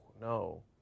no